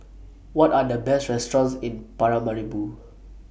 What Are The Best restaurants in Paramaribo